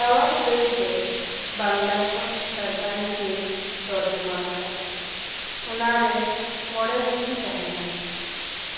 ᱥᱟᱶᱟᱨ ᱞᱟᱹᱭᱛᱮ ᱵᱟᱝᱞᱟ ᱠᱷᱚᱱ ᱥᱟᱱᱛᱟᱲᱤ ᱛᱤᱧ ᱛᱚᱨᱡᱚᱢᱟ ᱠᱟᱫᱟ ᱚᱱᱟᱨᱮ ᱢᱚᱬᱮ ᱦᱟᱸᱴᱤᱧ ᱛᱟᱸᱦᱮ ᱠᱟᱱᱟ